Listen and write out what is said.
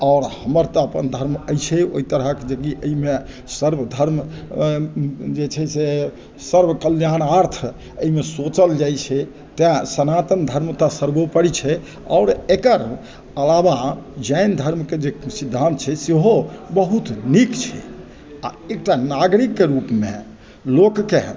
आओर हमर तऽ अपन धर्म अछिए ओहि तरहके जेकि ओहिमे सर्व धर्म जे छै से सर्व कल्याणार्थ एहिमे सोचल जाइ छै तेँ सनातन धर्म तऽ सर्वोपरि छै आओर एकर अलावा जैन धर्मके जे सिद्धान्त छै सेहो बहुत नीक छै आओर एकटा नागरिकके रूपमे लोकके